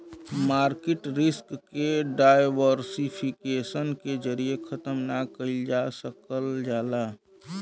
market risk के diversification के जरिये खत्म ना कइल जा सकल जाला